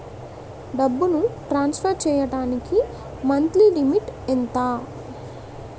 డబ్బును ట్రాన్సఫర్ చేయడానికి monthly limit ఎంత?